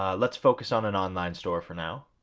um let's focus on an online store for now.